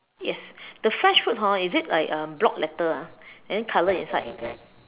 yes the fresh fruit hor is it like um block letter ah and then colour is like